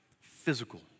physical